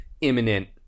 imminent